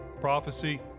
prophecy